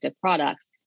products